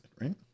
Right